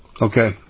Okay